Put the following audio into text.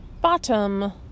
Bottom